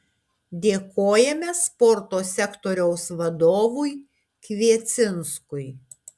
dėkojame sporto sektoriaus vadovui kviecinskui